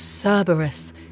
Cerberus